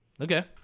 Okay